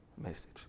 message